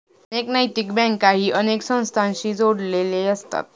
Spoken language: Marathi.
अनेक नैतिक बँकाही अनेक संस्थांशी जोडलेले असतात